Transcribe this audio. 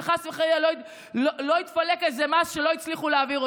מה שקורה היום, רק תכירו מה קורה